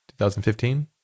2015